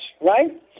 right